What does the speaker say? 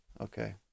Okay